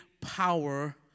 power